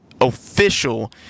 official—